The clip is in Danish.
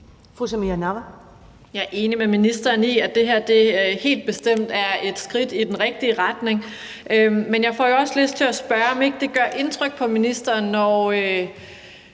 Jeg er enig med ministeren i, at det her helt bestemt er et skridt i den rigtige retning, men jeg får også lyst til at spørge, om det ikke gør indtryk på ministeren, når